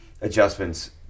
adjustments